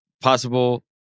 possible